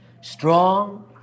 strong